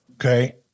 Okay